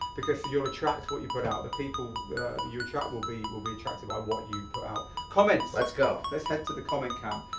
because you'll attract what you put out. the people that you attract will be will be attracted by what you put out. comments. let's go. let's head to the comment cam.